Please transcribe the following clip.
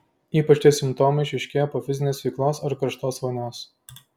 ypač šie simptomai išryškėja po fizinės veiklos ar karštos vonios